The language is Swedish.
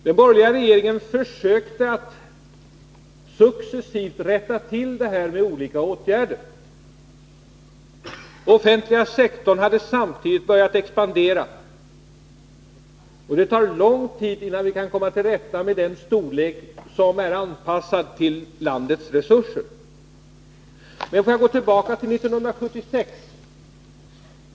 Den borgerliga regeringen försökte att successivt rätta till förhållandena genom olika åtgärder. Den offentliga sektorn hade samtidigt börjat expandera, och det tar lång tid innan vi på det området kan komma fram till den storlek som är anpassad till landets resurser. Låt mig gå tillbaka till 1976.